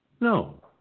No